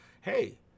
hey